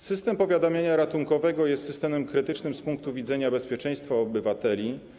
System powiadamiania ratunkowego jest systemem krytycznym z punktu widzenia bezpieczeństwa obywateli.